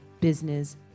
business